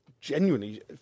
Genuinely